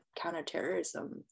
counterterrorism